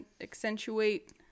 accentuate